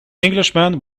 englishman